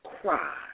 cry